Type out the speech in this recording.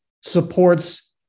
supports